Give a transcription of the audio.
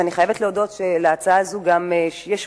ואני חייבת להודות שבהצעה הזאת יש שותפים,